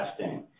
testing